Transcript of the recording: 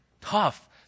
tough